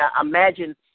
imagine